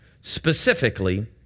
specifically